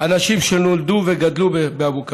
אנשים שנולדו וגדלו באבו כביר.